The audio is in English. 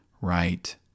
right